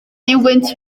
duwynt